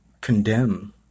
condemn